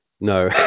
No